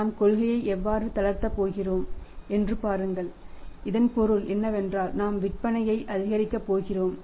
நாம் கொள்கையை எப்போது தளர்த்தப் போகிறோம் என்று பாருங்கள் இதன் பொருள் என்னவென்றால் நாம் விற்பனையை அதிகரிக்கப் போகிறோம்